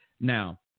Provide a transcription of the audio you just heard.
Now